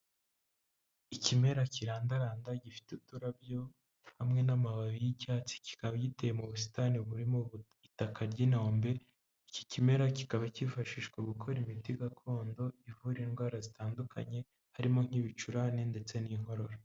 Ikimera kirandaranda gifite uturabyo hamwe n'amababi y'icyatsi kikaba giteye mu busitani burimo itaka ry'inombe, iki kimera kikaba kifashishwa gukora imiti gakondo ivura indwara zitandukanye harimo nk'ibicurane ndetse n'inkorora.